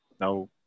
now